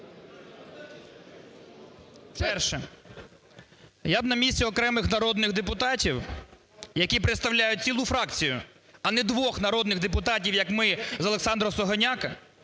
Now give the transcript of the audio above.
Я б на місці окремих народних депутатів, які представляють цілу фракцію, а не двох народних депутатів, як ми з Олександром Сугоняко,